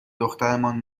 دخترمان